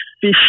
fish